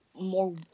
more